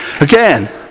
again